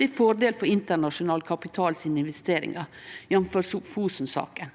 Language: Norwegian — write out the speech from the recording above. til fordel for internasjonal kapital sine investeringar, jf. Fosen-saka,